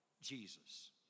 Jesus